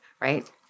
right